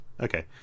okay